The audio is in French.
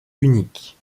unique